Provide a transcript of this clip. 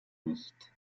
nicht